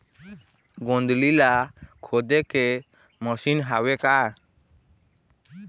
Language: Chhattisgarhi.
गोंदली ला खोदे के मशीन हावे का?